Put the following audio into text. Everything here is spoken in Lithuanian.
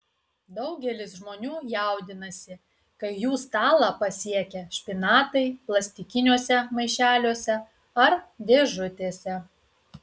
daugelis žmonių jaudinasi kai jų stalą pasiekia špinatai plastikiniuose maišeliuose ar dėžutėse